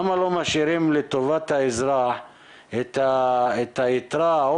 לא משאירים לטובת האזרח את היתרה?